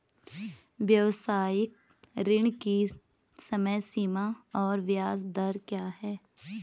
व्यावसायिक ऋण की समय सीमा और ब्याज दर क्या है?